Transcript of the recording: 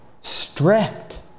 stripped